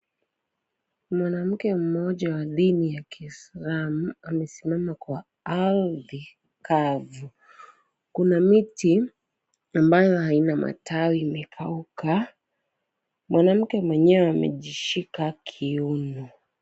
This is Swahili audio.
Mwanamke mmoja wa dini ya kiislamu, amesimama kwa arthi kavu. Kuna miti ambayo haina maytawi imekauka, Mwanamke mwenyewe amejishika kiuno.